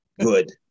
good